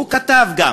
והוא כתב גם: